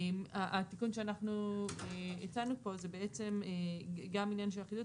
התיקון שאנחנו הצענו פה זה בעצם גם עניין של אחידות